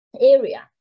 area